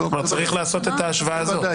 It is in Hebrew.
צריך לעשות את ההשוואה הזאת.